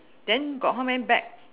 then got how many bag